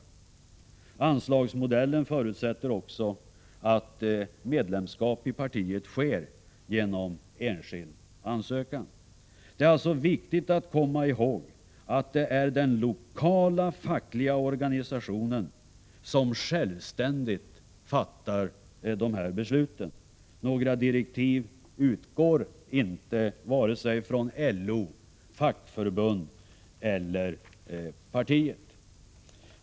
Den modellen förutsätter också att man blir medlem i partiet genom en enskild ansökan. Det är viktigt att komma ihåg att det är den lokala fackliga organisationen som självständigt fattar dessa beslut. Några direktiv utgår inte från vare sig LO, fackförbund eller partiet.